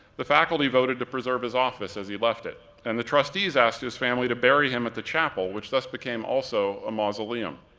the faculty voted to preserve his office as he left it, and the trustees asked his family to bury him at the chapel, which thus became also a mausoleum.